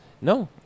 No